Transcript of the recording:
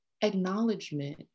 acknowledgement